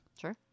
Sure